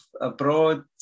Abroad